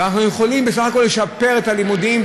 ואנחנו יכולים בסך הכול לשפר את הלימודים,